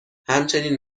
همچنین